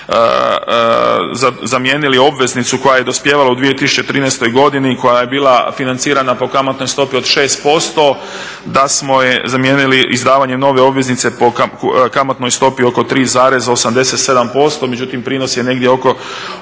da smo zamijenili obveznicu koja je dospijevala u 2013. i koja je bila financirana po kamatnoj stopi od 6%, da smo je zamijenili izdavanjem nove obveznice po kamatnoj stopi oko 3,87%, međutim prinos je negdje oko